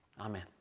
Amen